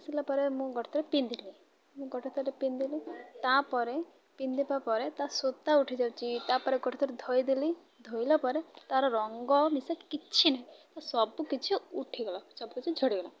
ଆସିଲା ପରେ ମୁଁ ଗୋଟେ ଥରେ ପିନ୍ଧିଲି ମୁଁ ଗୋଟେ ଥରେ ପିନ୍ଧିଲି ତା'ପରେ ପିନ୍ଧିବା ପରେ ତା' ସୂତା ଉଠିଯାଉଛି ତା'ପରେ ଗୋଟେ ଥରେ ଧୋଇ ଦେଲି ଧୋଇଲା ପରେ ତା'ର ରଙ୍ଗ ମିଶା କିଛି ନାହିଁ ସବୁକିଛି ଉଠିଗଲା ସବୁକିଛି ଝଡ଼ିଗଲା